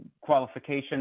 qualification